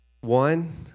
One